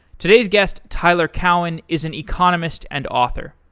today's guest, tyler cowen, is an economist and author.